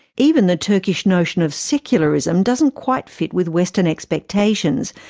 even the turkish notion of secularism doesn't quite fit with western expectations,